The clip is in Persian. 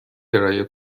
کرایه